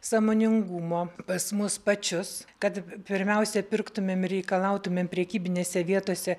sąmoningumo pas mus pačius kad pirmiausia pirktumėm reikalautumėm prekybinėse vietose